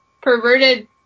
perverted